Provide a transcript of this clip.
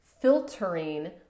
filtering